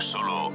Solo